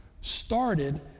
started